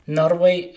Norway